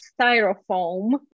styrofoam